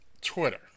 Twitter